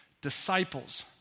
disciples